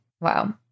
wow